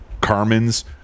Carmen's